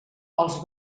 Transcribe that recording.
els